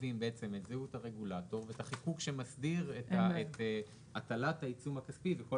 קובעים את זהות הרגולטור ואת החיקוק שמסדיר את הטלת העיצום הכספי וכל